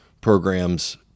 programs